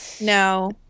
No